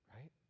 Right